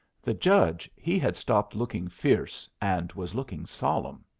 the judge he had stopped looking fierce and was looking solemn.